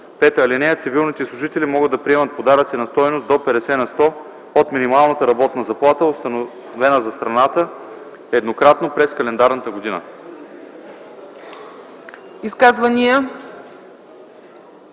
(5) Цивилните служители могат да приемат подаръци на стойност до 50 на сто от минималната работна заплата, установена за страната, еднократно през календарната година.”